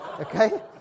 Okay